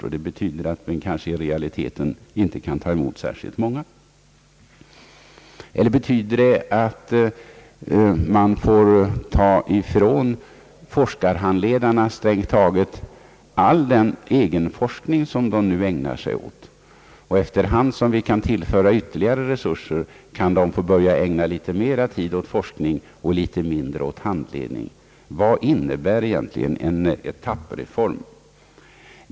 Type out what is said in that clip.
Det skulle betyda att vi kanske i realiteten inte kunde ta emot särskilt många. Eller är det meningen att man skall ta ifrån forskarhandledarna strängt taget all den egenforskning som de nu ägnar sig åt och att de efter hand som vi tillför ytterligare resurser kan börja ägna mera tid åt forskning och litet mindre åt handledning? Vad innebär egentligen en etappreform?